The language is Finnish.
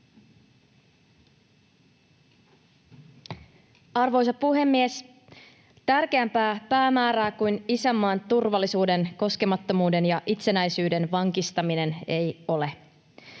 Arvoisa puhemies! Tärkeämpää päämäärää kuin isänmaan turvallisuuden, koskemattomuuden ja itsenäisyyden vankistaminen ei ole.